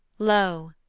lo!